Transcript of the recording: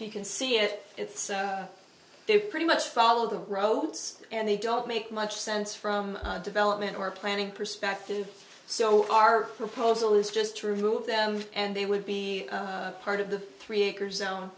can see it it's pretty much follow the roads and they don't make much sense from a development or planning perspective so our proposal is just to remove them and they would be part of the three acres